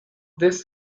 this